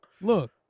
Look